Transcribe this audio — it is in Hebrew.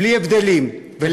בלי הבדלים.